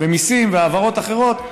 מיסים והעברות אחרות.